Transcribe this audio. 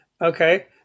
Okay